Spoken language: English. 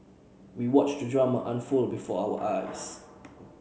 we watched the drama unfold before our eyes